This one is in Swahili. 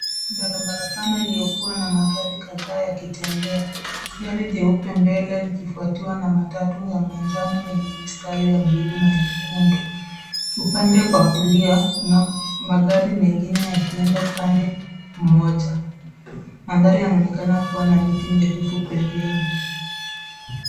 Barabara pana iliyokuwa na magari kadhaa wakitembea. Gari jeupe mbele likifuatiwa na matatu yenye mistari ya bluu na nyekundu. Upande wa kulia kuna magari mengine yakienda upande mmoja. Mandhari yanaonekana kuwa na miti mirefu pembeni.